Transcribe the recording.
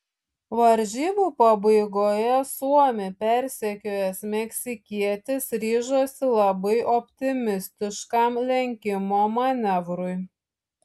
varžybų pabaigoje suomį persekiojęs meksikietis ryžosi labai optimistiškam lenkimo manevrui